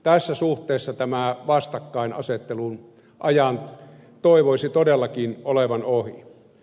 tässä suhteessa tämän vastakkainasettelun ajan toivoisi todellakin olevan ohi